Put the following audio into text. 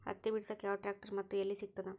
ಹತ್ತಿ ಬಿಡಸಕ್ ಯಾವ ಟ್ರ್ಯಾಕ್ಟರ್ ಮತ್ತು ಎಲ್ಲಿ ಸಿಗತದ?